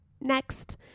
Next